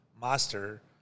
master